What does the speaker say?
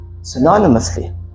synonymously